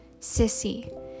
Sissy